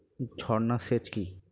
ঝর্না সেচ কি?